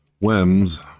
whims